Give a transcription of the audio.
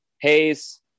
Hayes